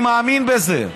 אני מאמין בזה.